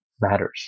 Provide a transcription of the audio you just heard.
matters